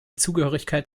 zugehörigkeit